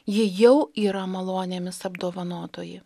ji jau yra malonėmis apdovanotoji